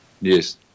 Yes